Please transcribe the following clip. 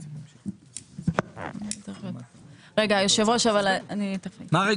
רגע היושב-ראש --- מה רגע?